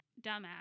dumbass